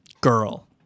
girl